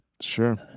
Sure